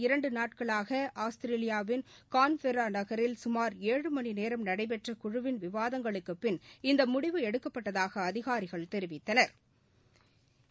இரண்டுநாட்களாக ஆஸ்திரேலியாவின் கான்பெர்ராநகரில் சுமார் ஏழு மணிநேரம் கடந்த நடைபெற்றகுழுவின் விவாதங்களுக்குப் பின் இந்தமுடிவு எடுக்கப்பட்டதாகஅதிகாரிகள் தெரிவித்தனா்